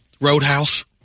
Roadhouse